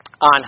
on